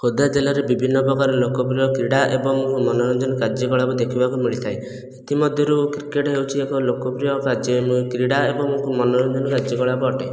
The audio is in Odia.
ଖୋର୍ଦ୍ଧା ଜିଲ୍ଲାରେ ବିଭିନ୍ନ ପ୍ରକାର ଲୋକପ୍ରିୟ କ୍ରୀଡ଼ା ଏବଂ ମନୋରଞ୍ଜନ କାର୍ଯ୍ୟକଳାପ ଦେଖିବାକୁ ମିଳିଥାଏ ସେଥିମଧ୍ୟରୁ କ୍ରିକେଟ ହେଉଛି ଏକ ଲୋକପ୍ରିୟ କାର୍ଯ୍ୟ ଏବଂ କ୍ରୀଡ଼ା ଏବଂ ମନୋରଞ୍ଜନ କାର୍ଯ୍ୟକଳାପ ଅଟେ